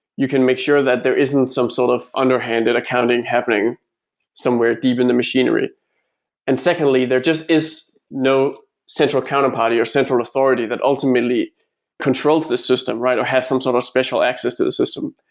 you can make sure that there isn't some sort of underhanded accounting happening somewhere deep in the machinery and secondly, there just is no central counterparty, or central authority that ultimately controls the system, right? or has some sort of special access to the system.